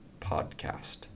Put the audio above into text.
Podcast